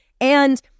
And-